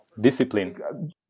discipline